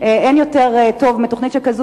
אין יותר טוב מתוכנית שכזו,